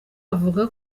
avuga